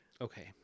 Okay